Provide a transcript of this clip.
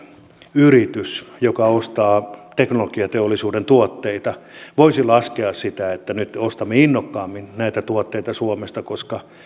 yritys joka ostaa teknologiateollisuuden tuotteita voisi laskea että nyt se ostaa innokkaammin näitä tuotteita suomesta koska